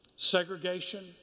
Segregation